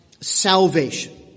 salvation